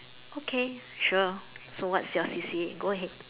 okay sure so what's your C_C_A go ahead